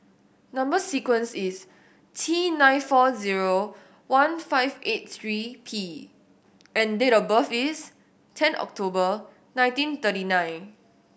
number sequence is T nine four zero one five eight three P and date of birth is ten October nineteen thirty nine